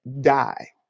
die